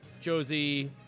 Josie